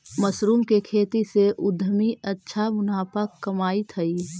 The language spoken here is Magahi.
मशरूम के खेती से उद्यमी अच्छा मुनाफा कमाइत हइ